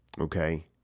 Okay